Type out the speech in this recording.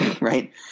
right